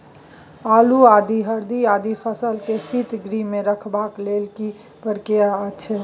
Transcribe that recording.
आलू, आदि, हरदी आदि फसल के शीतगृह मे रखबाक लेल की प्रक्रिया अछि?